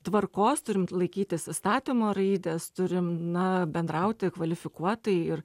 tvarkos turim laikytis įstatymo raidės turim na bendrauti kvalifikuotai ir